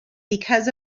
because